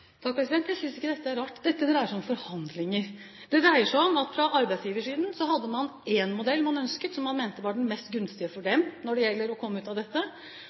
Jeg synes ikke det er rart. Dette dreide seg om forhandlinger. Det dreide seg om at man fra arbeidsgiversiden hadde én modell man ønsket, og som man mente var den mest gunstige for dem. Arbeidstakersiden var bekymret for skjermingsordningen for kronikerne. Staten ønsket å